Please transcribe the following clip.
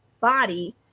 body